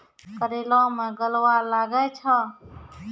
करेला मैं गलवा लागे छ?